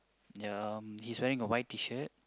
ya um he's wearing a white Tshirt